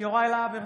יוראי להב הרצנו,